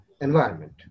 environment